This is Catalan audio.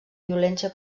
violència